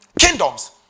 Kingdoms